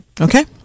Okay